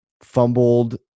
fumbled